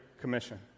commission